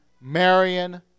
Marion